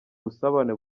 ubusabane